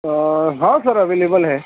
ہاں sir available ہے